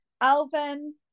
Alvin